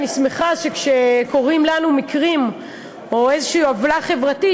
אני שמחה שכשקורים לנו מקרים או איזו עוולה חברתית,